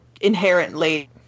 inherently